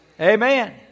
Amen